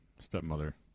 stepmother